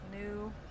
new